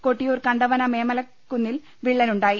കൊട്ടിയൂർ കണ്ടവന മേമലക്കുന്നിൽ വിള്ളലുണ്ടായി